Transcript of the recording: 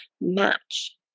match